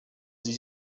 ces